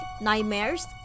nightmares